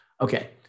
Okay